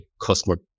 customer